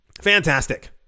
fantastic